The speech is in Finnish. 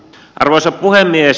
arvoisa puhemies